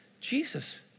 Jesus